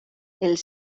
els